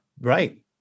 right